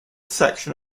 section